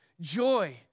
joy